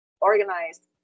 Organized